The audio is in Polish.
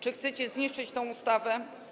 Czy chcecie zniszczyć tę ustawę?